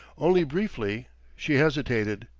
only briefly she hesitated,